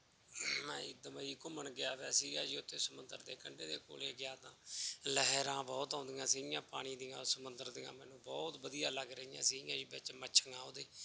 ਮੈਂ ਜੀ ਦੁਬਈ ਘੁੰਮਣ ਗਿਆ ਹੋਇਆ ਸੀਗਾ ਜੀ ਉੱਥੇ ਸਮੁੰਦਰ ਦੇ ਕੰਢੇ ਦੇ ਕੋਲੇ ਗਿਆ ਤਾਂ ਲਹਿਰਾਂ ਬਹੁਤ ਆਉਂਦੀਆਂ ਸੀਗੀਆਂ ਪਾਣੀ ਦੀਆਂ ਸਮੁੰਦਰ ਦੀਆਂ ਮੈਨੂੰ ਬਹੁਤ ਵਧੀਆ ਲੱਗ ਰਹੀਆਂ ਸੀਗੀਆਂ ਜੀ ਵਿੱਚ ਮੱਛੀਆਂ ਉਹਦੇ